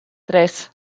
tres